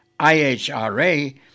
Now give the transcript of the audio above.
IHRA